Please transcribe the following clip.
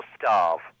starve